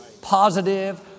positive